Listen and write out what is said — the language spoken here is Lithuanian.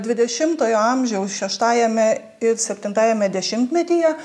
dvidešimtojo amžiaus šeštajame ir septintajame dešimtmetyje